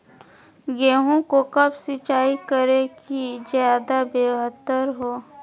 गेंहू को कब सिंचाई करे कि ज्यादा व्यहतर हो?